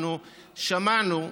שמענו,